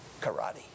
karate